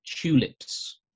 tulips